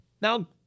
now